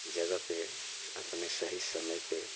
जगह पर अपने सही समय पर